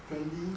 friendly